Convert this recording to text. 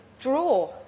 draw